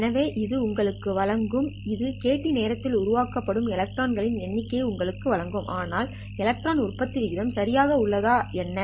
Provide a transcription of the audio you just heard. எனவே இது உங்களுக்கு வழங்கும் இது Kth நேரத்தில் உருவாக்கப்படும் எலக்ட்ரான் னின் எண்ணிக்கையை உங்களுக்கு வழங்கும் ஆனால் எலக்ட்ரான் உற்பத்தி விகிதம் சரியாக உள்ளதா என்ன